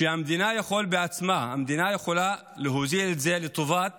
שהמדינה בעצמה יכולה להוזיל לטובת